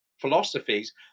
philosophies